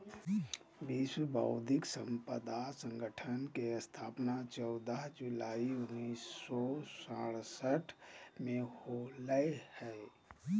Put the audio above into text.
विश्व बौद्धिक संपदा संगठन के स्थापना चौदह जुलाई उननिस सो सरसठ में होलय हइ